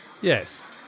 Yes